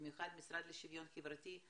במיוחד המשרד לשוויון חברתי,